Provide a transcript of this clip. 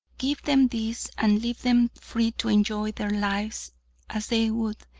give them these and leave them free to enjoy their lives as they would,